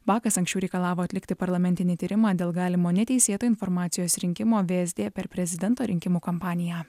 bakas anksčiau reikalavo atlikti parlamentinį tyrimą dėl galimo neteisėto informacijos rinkimo vsd per prezidento rinkimų kampaniją